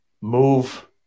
move